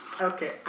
Okay